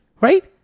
Right